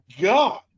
God